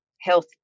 health